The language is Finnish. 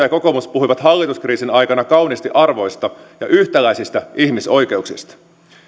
ja kokoomus puhuivat hallituskriisin aikana kauniisti arvoista ja yhtäläisistä ihmisoikeuksista